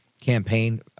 campaign